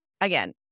again